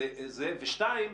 שנית,